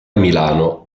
milano